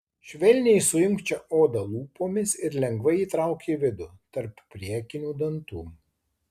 švelniai suimk čia odą lūpomis ir lengvai įtrauk į vidų tarp priekinių dantų